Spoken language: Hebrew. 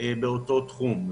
באותו התחום.